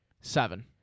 Seven